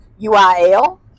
UIL